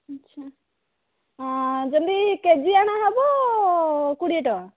ଆଚ୍ଛା ଯଦି K G ଅଣା ହେବ କୋଡ଼ିଏ ଟଙ୍କା